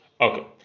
Okay